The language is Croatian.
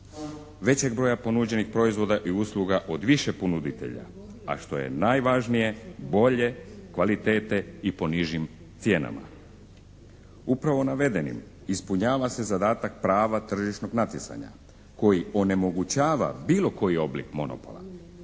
većeg broja ponuđenih proizvoda i usluga od više ponuditelja, a što je najvažnije bolje kvalitete i po nižim cijenama. Upravo navedenim ispunjava se zadatak prava tržišnog natjecanja koji onemogućava bilo koji oblik monopola